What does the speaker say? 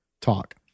talk